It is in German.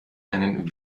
einen